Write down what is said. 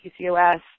PCOS